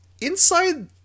Inside